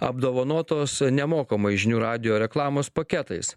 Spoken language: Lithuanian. apdovanotos nemokamai žinių radijo reklamos paketais